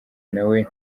nawe